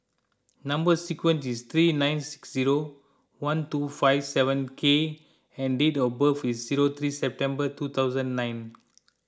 Number Sequence is T nine six zero one two five seven K and date of birth is zero three September two thousand nine